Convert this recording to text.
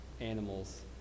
animals